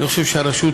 אני חושב שהרשות